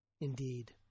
Indeed